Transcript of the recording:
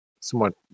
somewhat